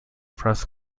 press